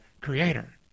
creator